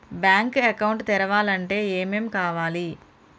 Bank account తెరవాలంటే ఏమేం కావాలి?